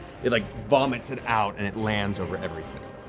it like vomits it out and it lands over everything.